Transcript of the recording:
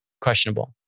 questionable